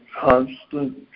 constant